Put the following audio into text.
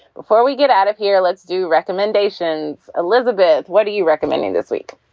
before we get out of here, let's do recommendations. elizabeth, what do you recommend and this week?